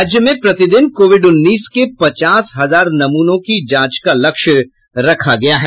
राज्य में प्रतिदिन कोविड उन्नीस के पचास हजार नमूनों की जांच का लक्ष्य रखा गया है